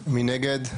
מי נגד?